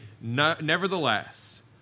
Nevertheless